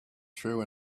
true